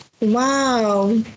Wow